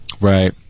Right